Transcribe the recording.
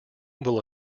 will